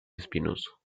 espinoso